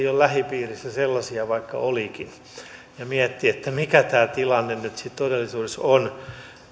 ole lähipiirissä sellaisia vaikka olikin ja mietti mikä tämä tilanne nyt sitten todellisuudessa on